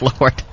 Lord